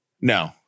No